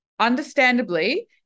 understandably